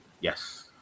Yes